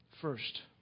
first